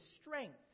strength